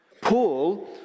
Paul